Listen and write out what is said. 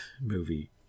movie